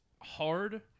hard